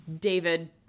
David